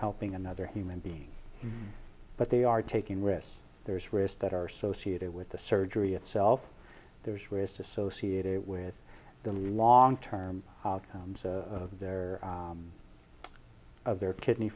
helping another human being but they are taking risks there's risks that are associated with the surgery itself there's risks associated with the long term outcomes of their of their kidney